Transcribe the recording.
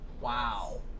Wow